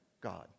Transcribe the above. God